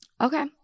Okay